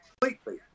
completely